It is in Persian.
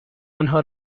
آنها